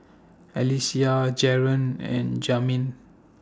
Alysia Jaron and Jamin